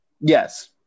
Yes